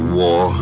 war